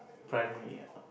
primary ah